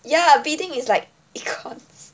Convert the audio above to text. ya bidding is like econs